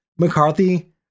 McCarthy